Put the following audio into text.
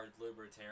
libertarian